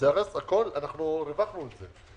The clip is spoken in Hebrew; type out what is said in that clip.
אנחנו ריווחנו את זה.